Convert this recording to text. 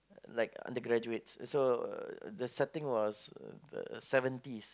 like undergraduates so uh the setting was the seventies